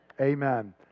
amen